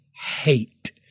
hate